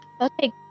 Okay